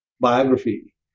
biography